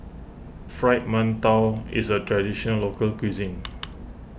Fried Mantou is a Traditional Local Cuisine